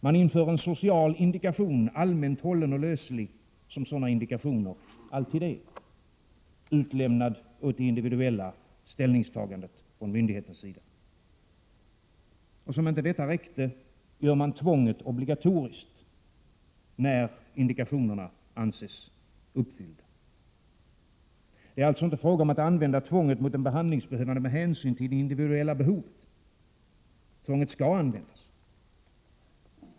Man inför en social indikation, allmänt hållen och löslig som sådana indikationer alltid är, utlämnad åt det individuella ställningstagandet från myndighetens sida. Och som om detta inte räckte, gör man dessutom tvånget obligatoriskt, när indikationerna anses vara uppfyllda. Det är alltså inte fråga om att använda tvånget mot en behandlingsbehövande med hänsyn till det individuella behovet. Tvånget skall användas.